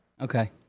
Okay